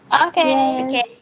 Okay